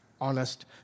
honest